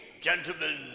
gentlemen